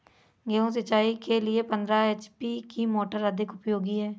गेहूँ सिंचाई के लिए पंद्रह एच.पी की मोटर अधिक उपयोगी है?